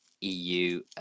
EU